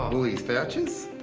um woollies vouchers.